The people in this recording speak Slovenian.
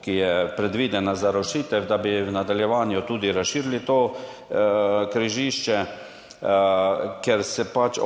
ki je predvidena za rušitev, da bi v nadaljevanju tudi razširili to križišče, ker se pač